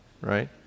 right